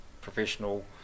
professional